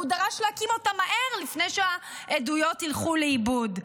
והוא דרש להקים אותן מהר לפני שהעדויות ילכו לאיבוד.